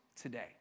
today